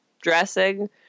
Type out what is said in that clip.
dressing